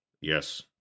Yes